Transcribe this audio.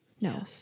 No